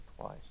twice